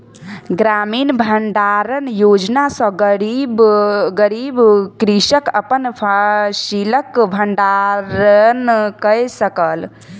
ग्रामीण भण्डारण योजना सॅ गरीब कृषक अपन फसिलक भण्डारण कय सकल